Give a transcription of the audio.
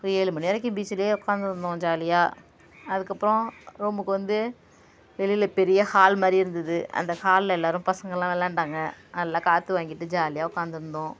ஒரு ஏழு மணி வரைக்கும் பீச்சில் உக்காந்துருந்தோம் ஜாலியாக அதற்கப்பறோம் ரூமுக்கு வந்து வெளியில பெரிய ஹால் மாதிரி இருந்தது அந்த ஹாலில் எல்லாரும் பசங்கள்லாம் விளாண்டாங்க நல்லா காற்று வாங்கிட்டு ஜாலியாக உக்காந்துருந்தோம்